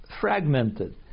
fragmented